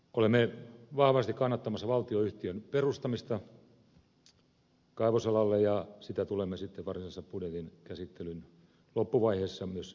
olemme vahvasti kannattamassa valtionyhtiön perustamista kaivosalalle ja sitä tulemme sitten varsinaisessa budjetin käsittelyn loppuvaiheessa myös ehdottamaan